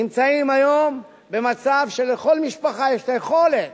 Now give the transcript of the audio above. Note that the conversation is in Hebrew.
נמצאים היום במצב שלכל משפחה יש היכולת